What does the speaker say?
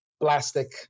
plastic